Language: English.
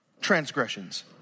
transgressions